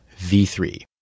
V3